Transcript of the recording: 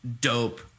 dope